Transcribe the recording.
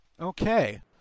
Okay